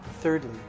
Thirdly